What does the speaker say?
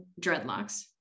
dreadlocks